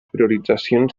prioritzacions